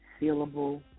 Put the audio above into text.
sealable